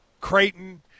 Creighton